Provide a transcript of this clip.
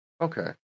Okay